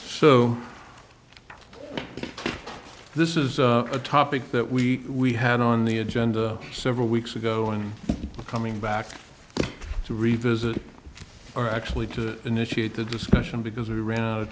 so this is a topic that we had on the agenda several weeks ago and coming back to revisit or actually to initiate the discussion because we ran out of